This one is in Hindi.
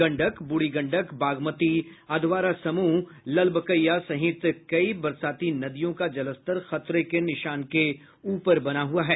गंडक बूढ़ी गंडक बागमती अधवारा समूह लालबकिया सहित कई बरसाती नदियों का जलस्तर खतरे के निशान के ऊपर बना हुआ है